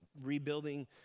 rebuilding